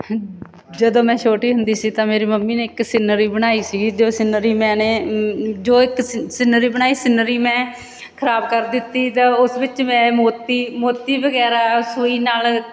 ਜਦੋਂ ਮੈਂ ਛੋਟੀ ਹੁੰਦੀ ਸੀ ਤਾਂ ਮੇਰੀ ਮੰਮੀ ਨੇ ਇੱਕ ਸਿਨਰੀ ਬਣਾਈ ਸੀਗੀ ਜੋ ਸਿਨਰੀ ਮੈਨੇ ਜੋ ਇੱਕ ਸਿ ਸਿਨਰੀ ਬਣਾਈ ਸਿਨਰੀ ਮੈਂ ਖ਼ਰਾਬ ਕਰ ਦਿੱਤੀ ਤਾਂ ਉਸ ਵਿੱਚ ਮੈਂ ਮੋਤੀ ਮੋਤੀ ਵਗੈਰਾ ਸੂਈ ਨਾਲ